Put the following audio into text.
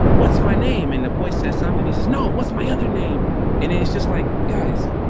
what's my name? and the boy says something he says no, what's my other name? and it's just like guys,